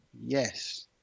Yes